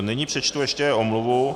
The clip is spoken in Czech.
Nyní přečtu ještě omluvu.